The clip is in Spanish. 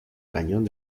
cañón